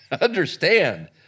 Understand